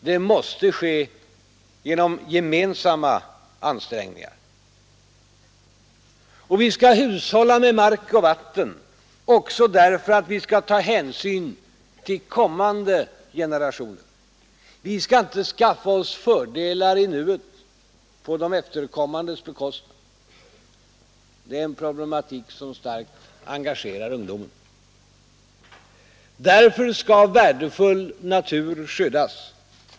Det måste ske genom gemensamma ansträngningar. Vi skall hushålla med mark och vatten också därför att vi skall ta hänsyn till kommande generationer. Vi skall inte skaffa oss fördelar i nuet på efterkommande generationers bekostnad. Det är en problematik som starkt engagerar ungdomen. Därför skall. värdefull natur skyddas.